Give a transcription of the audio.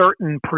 certain